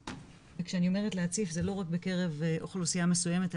וכשאני אומרת להציף זה לא רק בקרב אוכלוסייה מסוימת,